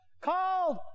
called